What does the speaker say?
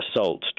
assault